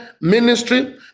ministry